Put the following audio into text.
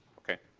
okay?